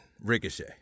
Ricochet